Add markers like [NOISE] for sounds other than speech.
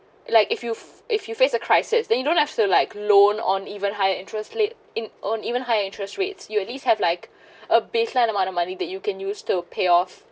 like if you if you face a crisis then you don't have to like loan on even higher interest late in earn even higher interest rates you at least have like [BREATH] a baseline amount of money that you can use to pay off